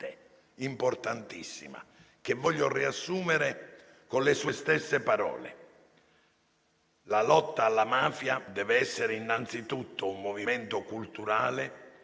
importantissima, che voglio riassumere con le sue stesse parole: «La lotta alla mafia deve essere innanzitutto un movimento culturale